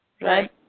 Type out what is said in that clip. Right